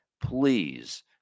please